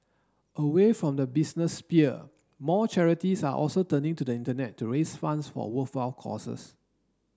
away from the business sphere more charities are also turning to the Internet to raise funds for worthwhile causes